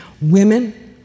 women